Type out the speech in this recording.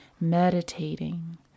meditating